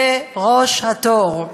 לראש התור.